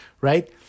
right